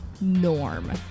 norm